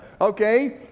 okay